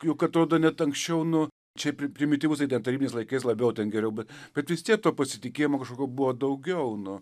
juk atrodo net anksčiau nu čia pri primityvus tai ten tarybiniais laikais labiau geriau bet bet vis tiek to pasitikėjimo kažkokio buvo daugiau nu